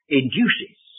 induces